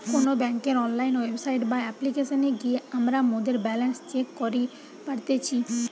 কোনো বেংকের online website বা অপ্লিকেশনে গিয়ে আমরা মোদের ব্যালান্স চেক করি পারতেছি